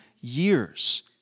years